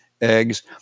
eggs